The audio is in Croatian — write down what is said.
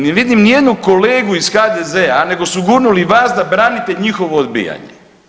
Ne vidim ni jednog kolegu iz HDZ-a, nego su gurnuli vas da branite njihovo odbijanje.